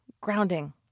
grounding